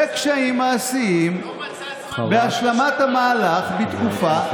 וקשיים מעשיים בהשלמת המהלך בתקופה זו.